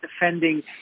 defending